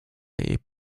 jej